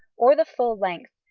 or the full length,